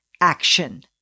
action